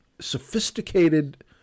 sophisticated